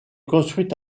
construite